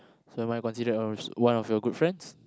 so am I considered one of your one of your good friends